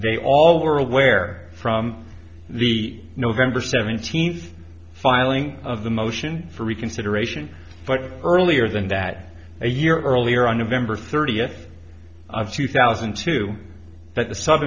they all were aware from the november seventeenth filing of the motion for reconsideration but earlier than that a year earlier on november thirtieth of two thousand and two that the s